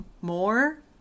more